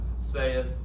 saith